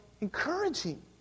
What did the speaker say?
encouraging